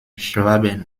schwaben